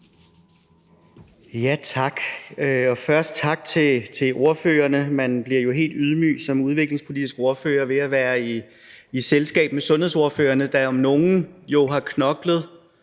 Tak. Først tak til ordførerne. Man bliver jo helt ydmyg som udviklingspolitisk ordfører ved at være i selskab med sundhedsordførerne, der om nogen jo har knoklet